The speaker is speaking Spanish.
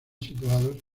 situados